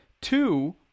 Two